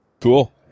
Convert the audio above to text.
Cool